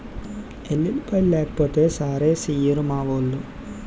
ఎల్లుల్లిపాయలు లేకపోతే సారేసెయ్యిరు మావోలు